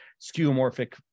skeuomorphic